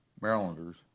Marylanders